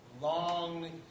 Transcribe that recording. long